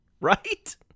Right